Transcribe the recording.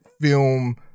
film